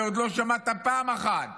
ועוד לא שמעת פעם אחת